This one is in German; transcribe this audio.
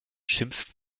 schimpft